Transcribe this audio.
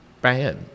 bad